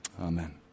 amen